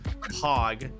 Hog